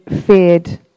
feared